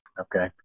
Okay